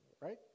right